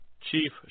Chief